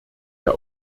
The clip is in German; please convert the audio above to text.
der